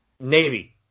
Navy